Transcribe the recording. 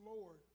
Lord